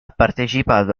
partecipato